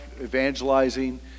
evangelizing